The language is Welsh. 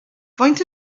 faint